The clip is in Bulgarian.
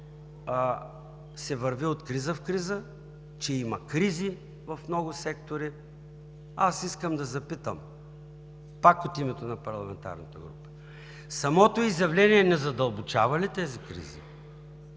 че се върви от криза в криза, че има кризи в много сектори, аз искам да запитам пак от името на парламентарната група: самото изявление не задълбочава ли тези кризи?